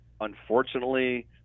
unfortunately